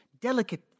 delicate